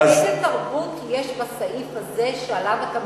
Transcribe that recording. אז, אז איזו תרבות יש בסעיף הזה, שעליו אתה מדבר,